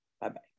Bye-bye